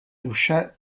duše